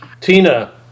Tina